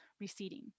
receding